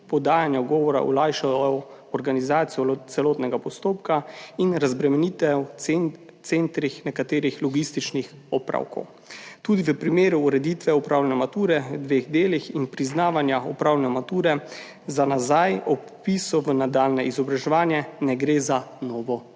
podajanje odgovora olajšal organizacijo celotnega postopka in razbremenil nekatere logistične opravke. Tudi v primeru ureditve opravljanja mature v dveh delih in priznavanja opravljene mature za nazaj ob vpisu v nadaljnje izobraževanje ne gre za novo pravico.